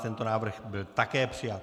Tento návrh byl také přijat.